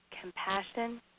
compassion